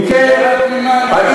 אם כן, זו שאלה תמימה, אני אומר.